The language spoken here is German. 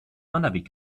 wanderweg